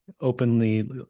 openly